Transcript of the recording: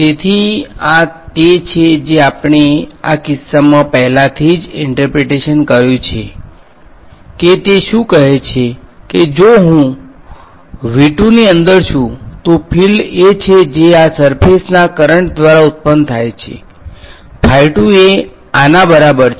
તેથી આ તે છે જે આપણે આ કિસ્સામાં પહેલાથી જ ઈંટર્પ્રેટેશન કર્યું છે કે તે શું કહે છે કે જો હું ની અંદર છું તો ફીલ્ડ એ છે જે આ સર્ફેસના કરંટ દ્વારા ઉત્પન્ન થાય છે એ આ બરાબર છે